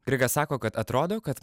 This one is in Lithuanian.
grigas sako kad atrodo kad